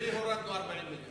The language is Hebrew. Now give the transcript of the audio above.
למי הורדנו 40 מיליארד?